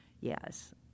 yes